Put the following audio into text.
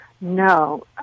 No